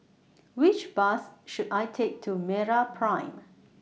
Which Bus should I Take to Meraprime